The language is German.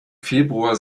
februar